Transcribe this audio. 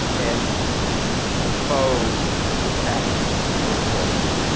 and faux so casual, informal.